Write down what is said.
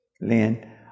Lynn